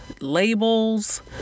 labels